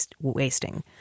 wasting